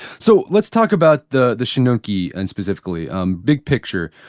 so let's talk about the the shoninki and specifically um big picture.